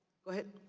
go ahead,